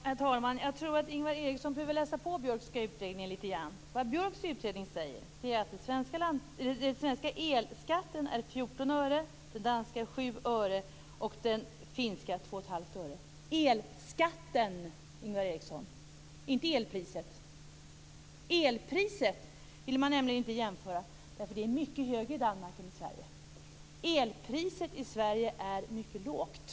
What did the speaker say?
Herr talman! Jag tror att Ingvar Eriksson behöver läsa på om Björkska utredningen lite grann. Vad Björks utredning säger är att den svenska elskatten är Det gäller elskatten, Ingvar Eriksson - inte elpriset. Elpriserna vill man nämligen inte jämföra, därför att priset är mycket högre i Danmark än i Sverige. Elpriset i Sverige är mycket lågt.